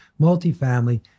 multifamily